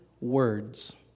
words